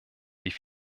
die